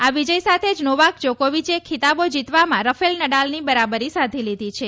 આ વિજય સાથે જ નોવાક જોકોવિચ ખીતાબો જીતવામાં રફેલ નડાલની બરાબરી સાધી છે